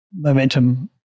momentum